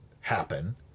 happen